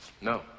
No